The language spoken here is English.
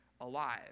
alive